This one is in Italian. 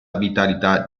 vitalità